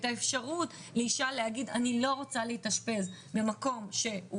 את האפשרות לאישה להגיד אני לא רוצה להתאשפז במקום שהוא